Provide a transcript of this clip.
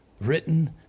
Written